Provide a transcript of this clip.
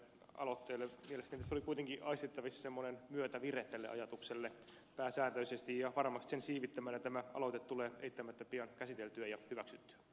mielestäni oli kuitenkin aistittavissa semmoinen myötävire tälle ajatukselle pääsääntöisesti ja varmasti sen siivittämänä tämä aloite tulee eittämättä pian käsiteltyä ja